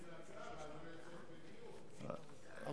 יכול להיות שהמשנה יסכים להצעה.